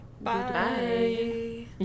Bye